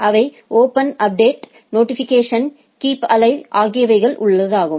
அவை open update notification keep alive ஆகியவைகள் ஆகும்